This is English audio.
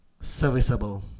serviceable